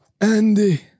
Andy